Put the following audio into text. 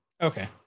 Okay